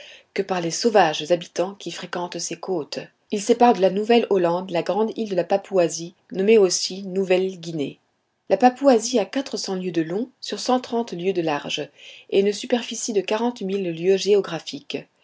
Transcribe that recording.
que par les sauvages habitants qui fréquentent ses côtes il sépare de la nouvelle-hollande la grande île de la papouasie nommée aussi nouvelle guinée la papouasie a quatre cents lieues de long sur cent trente lieues de large et une superficie de quarante mille lieues géographiques